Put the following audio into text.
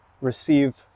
receive